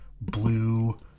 blue